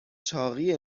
چاقی